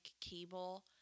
cable